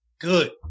Good